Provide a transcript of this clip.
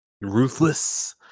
Ruthless